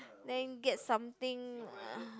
then get something uh